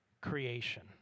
creation